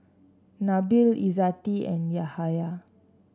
Nabil Izzati and Yahya